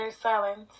silence